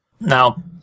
Now